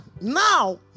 now